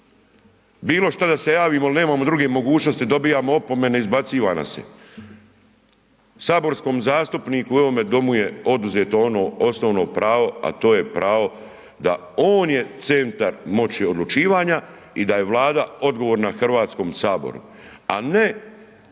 bilo šta da se javimo jel nemamo druge mogućnosti dobijamo opomene, izbaciva nas se. Saborskom zastupniku u ovome domu je oduzeto ono osnovno pravo, a to je pravo da on je centar moći odlučivanja i da je Vlada odgovorna Hrvatskom saboru, a ne